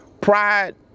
pride